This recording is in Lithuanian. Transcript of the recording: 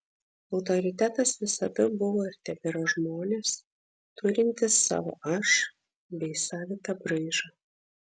autoritetas visada buvo ir tebėra žmonės turintys savo aš bei savitą braižą